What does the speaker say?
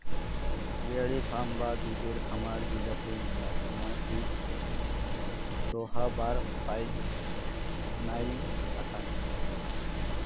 dairy farm বা দুধের খামার গিলাতে মেলা সময় দুধ দোহাবার পাইপ নাইন থাকাং